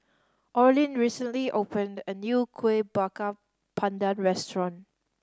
Orlin recently opened a new Kueh Bakar Pandan restaurant